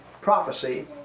prophecy